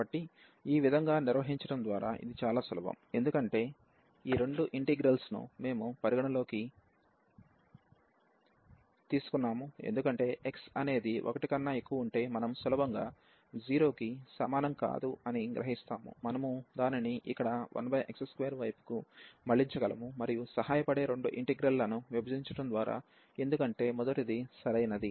కాబట్టి ఈ విధంగా నిర్వహించడం ద్వారా ఇది చాలా సులభం ఎందుకంటే ఈ రెండు ఇంటిగ్రల్స్ ను మేము పరిగణనలోకి తీసుకున్నాము ఎందుకంటే x అనేది 1 కన్నా ఎక్కువ ఉంటే మనం సులభంగా 0 కి సమానం కాదు అని గ్రహిస్తాము మనము దానిని ఇక్కడ 1x2 వైపుకు మళ్ళించగలము మరియు సహాయపడే రెండు ఇంటిగ్రల్ లను విభజించడం ద్వారా ఎందుకంటే మొదటిది సరయినది